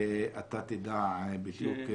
תעלה ותצליח.